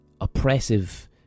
oppressive